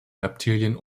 reptilien